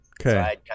Okay